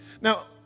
Now